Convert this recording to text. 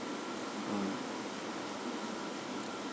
mm